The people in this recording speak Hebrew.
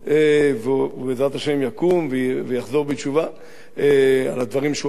בעזרת השם יקום ויחזור בתשובה מהדברים שעשה,